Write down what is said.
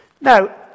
Now